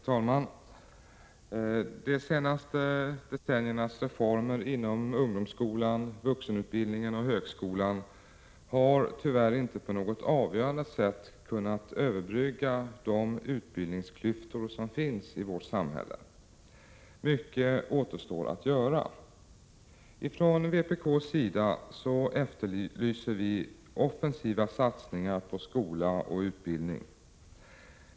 Herr talman! De senaste decenniernas reformer inom ungdomsskolan, vuxenutbildningen och högskolan har tyvärr inte på något avgörande sätt kunnat överbrygga de utbildningsklyftor som finns i vårt samhälle. Mycket återstår att göra. Från vpk:s sida efterlyser vi offensiva satsningar på skola och utbildning.